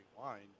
wine